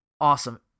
awesome